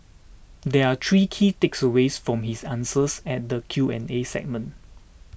there are three key takeaways from his answers at the Q and A segment